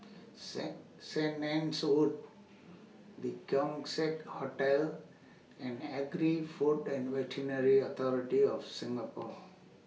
Saint Saint Anne's Wood The Keong Saik Hotel and Agri Food and Veterinary Authority of Singapore